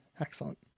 Excellent